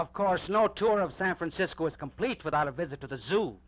of course no tour of san francisco is complete without a visit to the zoo